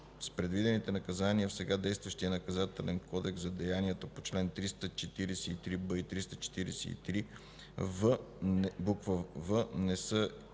че предвидените наказания в сега действащия Наказателен кодекс за деянията по чл. 343б и чл. 343в не са